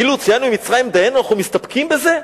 "אילו הוציאנו ממצרים, דיינו?" אנחנו מסתפקים בזה?